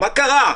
מה קרה?